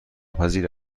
پذیر